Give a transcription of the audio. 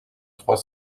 trois